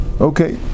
Okay